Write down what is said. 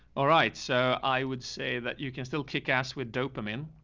alright, so i would say that you can still kick ass with dopamine.